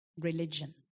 Religion